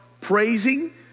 praising